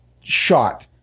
shot